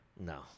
no